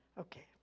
Okay